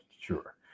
sure